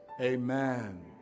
amen